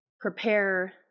prepare